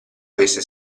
avesse